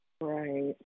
Right